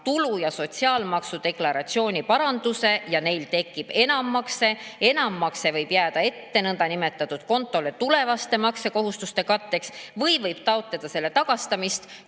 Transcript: tulu‑ ja sotsiaalmaksu deklaratsiooni paranduse ja neil tekib enammakse. Enammakse võib jääda ettemaksukontole tulevaste maksekohustuste katteks või võib taotleda selle tagastamist.